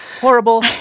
horrible